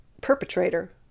perpetrator